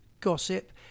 gossip